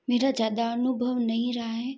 मेरा ज़्यादा अनुभव नहीं रहा है